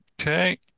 Okay